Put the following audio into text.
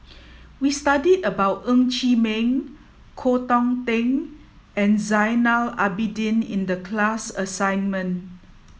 we studied about Ng Chee Meng Koh Hong Teng and Zainal Abidin in the class assignment